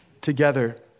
together